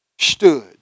stood